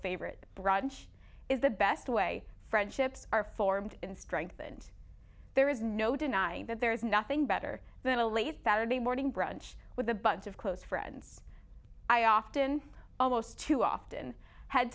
favorite brunch is the best way friendships are formed in strength and there is no denying that there is nothing better than a late saturday morning brunch with a bunch of close friends i often almost too often had